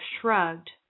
shrugged